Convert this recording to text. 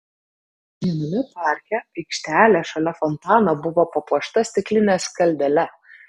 viename parke aikštelė šalia fontano buvo papuošta stikline skaldele